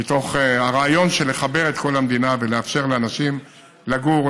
מתוך הרעיון לחבר את כל המדינה ולאפשר לאנשים לגור,